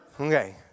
okay